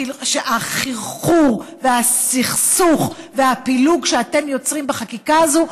שהחרחור והסכסוך והפילוג שאתם יוצרים בחקיקה הזאת,